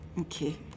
Okay